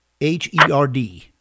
H-E-R-D